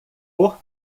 por